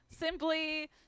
simply